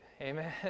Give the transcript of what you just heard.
Amen